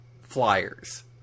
flyers